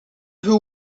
who